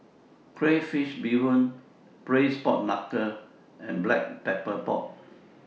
Crayfish Beehoon Braised Pork Knuckle and Black Pepper Pork